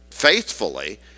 Faithfully